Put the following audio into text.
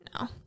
No